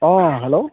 অঁ হেল্ল'